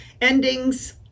Endings